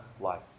life